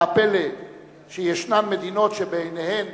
מה הפלא שיש מדינות שבעיניהן